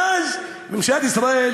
ואז ממשלת ישראל,